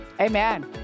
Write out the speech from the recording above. Amen